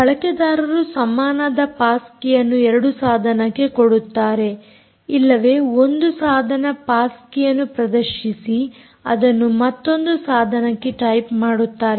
ಬಳಕೆದಾರರು ಸಮನಾದ ಪಾಸ್ ಕೀಯನ್ನು ಎರಡು ಸಾಧನಕ್ಕೆ ಕೊಡುತ್ತಾರೆ ಇಲ್ಲವೇ ಒಂದು ಸಾಧನ ಪಾಸ್ ಕೀಯನ್ನು ಪ್ರದರ್ಶಿಸಿ ಅದನ್ನು ಮತ್ತೊಂದು ಸಾಧನಕ್ಕೆ ಟೈಪ್ ಮಾಡುತ್ತಾರೆ